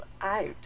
out